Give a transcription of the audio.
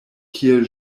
kiel